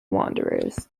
wanderers